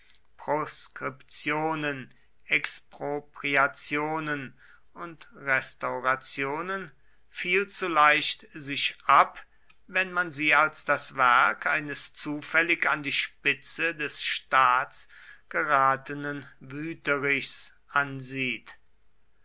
proskriptionen expropriationen und restaurationen viel zu leicht sich ab wenn man sie als das werk eines zufällig an die spitze des staats geratenen wüterichs ansieht